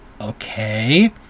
okay